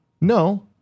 No